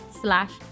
slash